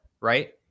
right